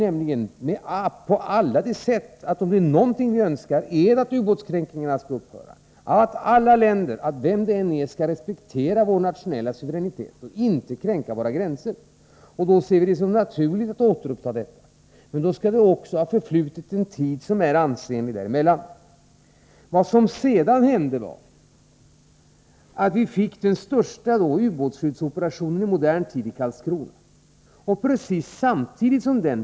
Om det är någonting vi önskar så är det att ubåtskränkningarna skall upphöra, att alla länder skall respektera vår nationella suveränitet och inte kränka våra gränser. Vi ser det som naturligt att återuppta kontakterna, men det skall ha förflutit en ansenlig tid efter det att kränkningarna har upphört. Vad som sedan hände var att vi i Karlskrona fick den största ubåtsskyddsoperationen i modern tid.